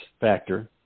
factor